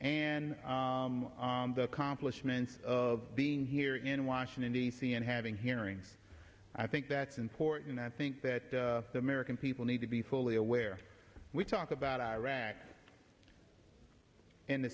and the accomplishments of being here in washington d c and having hearings i think that's important i think that the american people need to be fully aware we talk about iraq in the